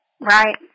right